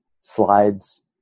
slides